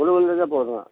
blue உள்ளதே போதும்